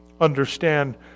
understand